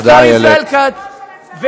השר ישראל כץ.